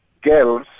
girls